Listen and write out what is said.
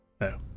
No